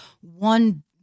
one